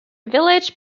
village